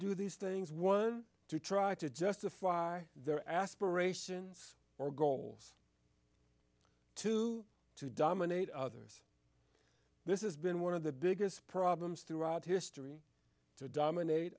do these things one to try to justify their aspirations or goals to dominate others this is been one of the biggest problems throughout history to dominate